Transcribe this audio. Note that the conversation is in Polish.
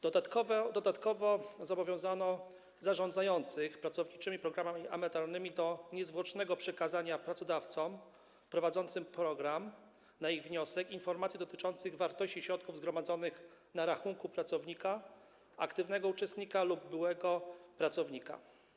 Dodatkowo zobowiązano zarządzających pracowniczymi programami emerytalnymi do niezwłocznego przekazania pracodawcom prowadzącym program, na ich wniosek, informacji dotyczących wartości środków zgromadzonych na rachunku pracownika - aktywnego uczestnika - lub byłego pracownika.